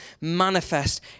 manifest